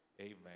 Amen